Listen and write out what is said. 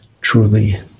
truly